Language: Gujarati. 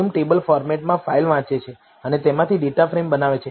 delim ટેબલ ફોર્મેટમાં ફાઇલ વાંચે છે અને તેમાંથી ડેટાફ્રેમ બનાવે છે